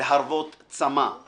להרוות צמא //